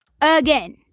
Again